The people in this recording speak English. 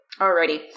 Alrighty